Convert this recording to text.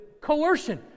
coercion